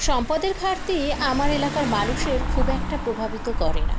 সম্পদের ঘাটতি আমার এলাকার মানুষের খুব একটা প্রভাবিত করে না